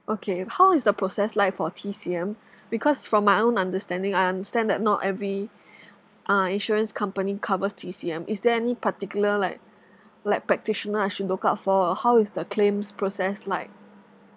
okay how is the process like for T_C_M because from my own understanding I understand that not every uh insurance company covers T_C_M is there any particular like like practitioner I should look out for or how is the claims process like